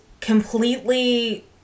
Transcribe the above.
completely